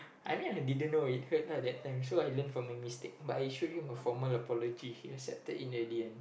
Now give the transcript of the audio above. I meant I didn't know it hurt lah that time so I learnt from my mistake but I showed him a formal apology he accepted it in the end